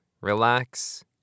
relax